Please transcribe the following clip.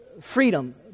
freedom